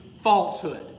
falsehood